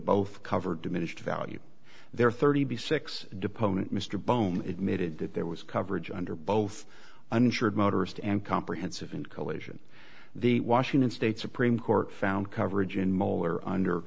both cover diminished value their thirty six deponent mr boehm admitted that there was coverage under both uninsured motorist and comprehensive in collision the washington state supreme court found coverage in molar under